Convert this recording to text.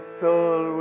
soul